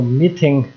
meeting